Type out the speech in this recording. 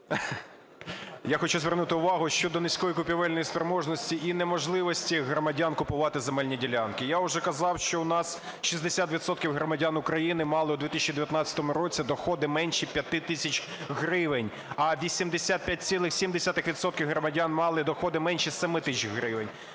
я хочу звернути увагу щодо низької купівельної спроможності і неможливості громадян купувати земельні ділянки. Я уже казав, що у нас 60 відсотків громадян України мали у 2019 році доходи менше 5 тисяч гривень, а 85,7 відсотка громадян мали доходи менше 7 тисяч гривень.